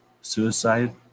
suicide